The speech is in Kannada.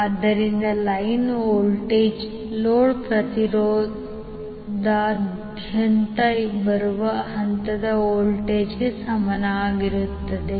ಅಂದರೆ ಲೈನ್ ವೋಲ್ಟೇಜ್ ಲೋಡ್ ಪ್ರತಿರೋಧದಾದ್ಯಂತ ಬರುವ ಹಂತದ ವೋಲ್ಟೇಜ್ಗೆ ಸಮಾನವಾಗಿರುತ್ತದೆ